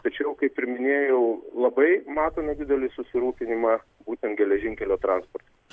tačiau kaip ir minėjau labai matome didelį susirūpinimą būtent geležinkelio transportu